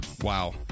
Wow